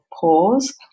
Pause